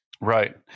Right